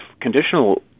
conditional